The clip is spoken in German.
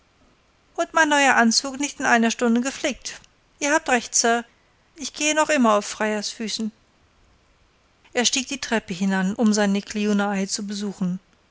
und mein neuer anzug nicht in einer stunde geflickt ihr habt recht sir ich gehe noch immer auf freiersfüßen er stieg die treppe hinan um seine kliuna ai zu besuchen